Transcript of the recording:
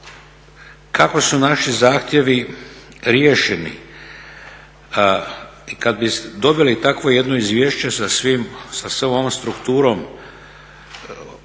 kako su naši zahtjevi riješeni? I kad bi dobili takvo jedno izvješće sa svim, sa svom ovom strukturom